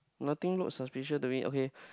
nothing look suspicious do it okay